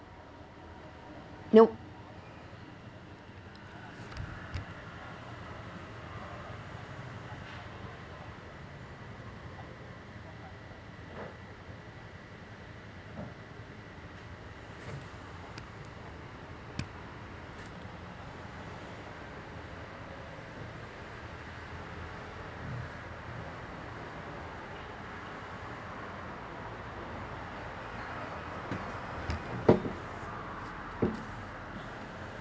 no